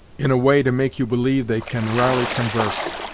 in a way to make you believe they can r'ally convarse.